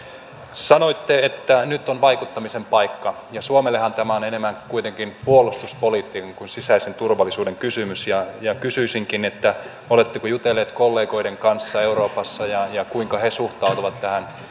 sanoitte että nyt on vaikuttamisen paikka suomellehan tämä on enemmän kuitenkin puolustuspoliittinen kuin sisäisen turvallisuuden kysymys kysyisinkin oletteko jutellut kollegoiden kanssa euroopassa ja ja kuinka he suhtautuvat